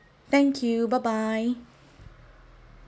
thank you bye bye